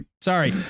Sorry